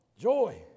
Joy